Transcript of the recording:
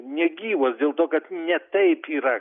negyvos dėl to kad ne taip yra